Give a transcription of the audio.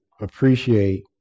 appreciate